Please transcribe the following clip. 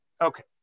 Okay